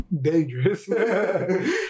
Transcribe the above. dangerous